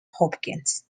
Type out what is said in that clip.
hopkins